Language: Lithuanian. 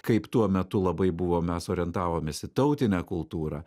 kaip tuo metu labai buvo mes orientavomės į tautinę kultūrą